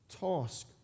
task